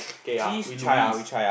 geez Louis